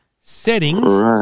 settings